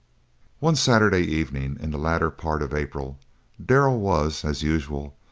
one saturday evening in the latter part of april darrell was, as usual,